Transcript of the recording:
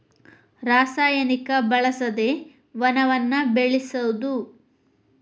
ರಸಾಯನಿಕ ಬಳಸದೆ ವನವನ್ನ ಬೆಳಸುದು